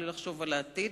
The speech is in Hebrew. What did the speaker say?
בלי לחשוב על העתיד,